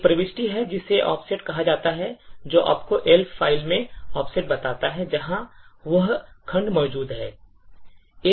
एक प्रविष्टि है जिसे ऑफसेट कहा जाता है जो आपको Elf फ़ाइल में ऑफसेट बताता है जहां वह खंड मौजूद है